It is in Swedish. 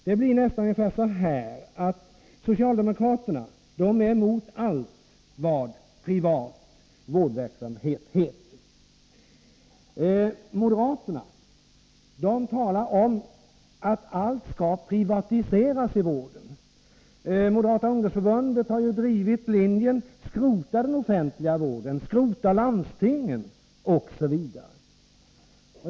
Det blir nästan så att socialdemokraterna är emot allt vad privat vårdverksamhet heter, medan moderaterna talar om att allt skall privatiseras i vården. Moderata ungdomsförbundet har drivit linjen att man skall skrota den offentliga vården, skrota landstingen osv.